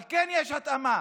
אבל כן יש התאמה